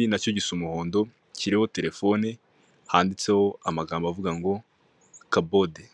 ndetse ku ruhande hariho na bisi nini itwara abaturage.